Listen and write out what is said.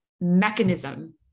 mechanism